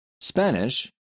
Spanish